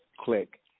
click